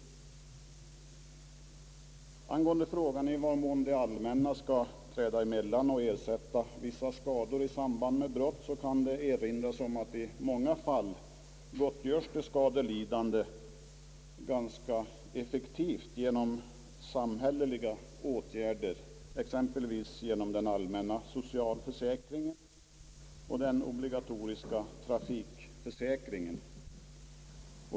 Angående frågan i vad mån det allmänna skall träda emellan och ersätta vissa skador i samband med brott kan erinras om att i många fall gottgöres de skadelidande ganska effektivt genom samhälleliga åtgärder, exempelvis genom den allmänna socialförsäkringen och den obligatoriska trafikförsäkringen.